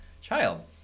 child